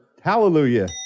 hallelujah